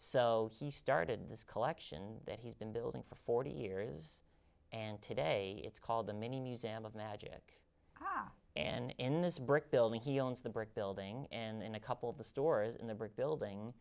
so he started this collection that he's been building for forty years and today it's called the mini museum of magic and in this brick building he owns the brick building and in a couple of the stores in the brick building